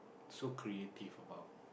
so creative about